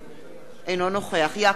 אינו נוכח יעקב מרגי,